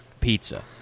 pizza